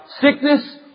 sickness